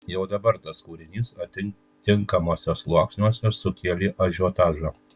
jau dabar tas kūrinys atitinkamuose sluoksniuose sukėlė ažiotažą